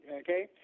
Okay